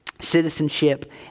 citizenship